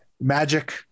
magic